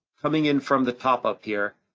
coming in from the top up here,